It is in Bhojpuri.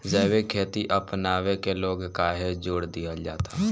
जैविक खेती अपनावे के लोग काहे जोड़ दिहल जाता?